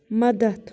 مدتھ